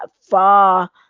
far